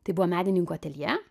tai buvo menininkų ateljė